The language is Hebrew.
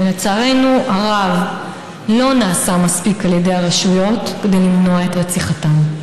ולצערנו הרב לא נעשה מספיק על ידי הרשויות כדי למנוע את רציחתן.